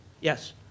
Yes